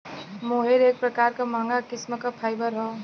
मोहेर एक प्रकार क महंगा किस्म क फाइबर हौ